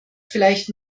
vielleicht